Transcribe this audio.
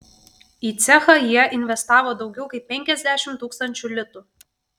į cechą jie investavo daugiau kaip penkiasdešimt tūkstančių litų